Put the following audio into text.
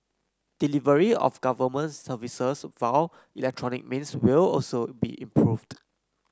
delivery of government services via electronic means will also be improved